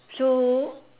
so